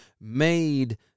made